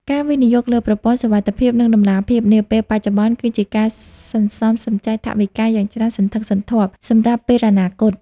ការវិនិយោគលើ "ប្រព័ន្ធសុវត្ថិភាព និងតម្លាភាព" នាពេលបច្ចុប្បន្ន គឺជាការសន្សំសំចៃថវិកាយ៉ាងច្រើនសន្ធឹកសន្ធាប់សម្រាប់ពេលអនាគត។